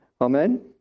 Amen